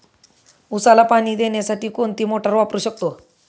उसाला पाणी देण्यासाठी कोणती मोटार वापरू शकतो?